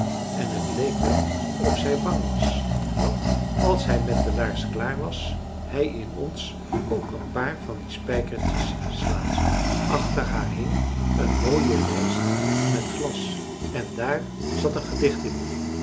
en het leek wel of zij bang was dat als hij met de laars klaar was hij in ons ook een paar van die spijkertjes slaan zou achter haar hing een mooie lijst met glas en daar zat een gedicht in